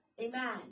amen